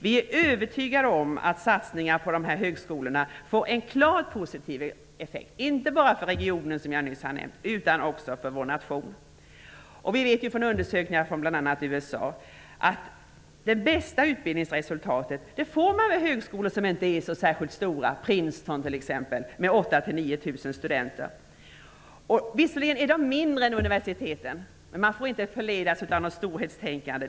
Vi är övertygade om att satsningar på de högskolorna får en klart positiv effekt inte bara för regionen, som jag nyss har nämnt, utan också för vår nation. Vi vet genom undersökningar från bl.a. USA att man får de bästa utbildningsresultaten vid högskolor som inte är så särsklit stora -- Princeton, t.ex., med 8 000--9 000 studenter. Visserligen är de mindre än universiteten, men man får inte förledas av något storhetstänkande.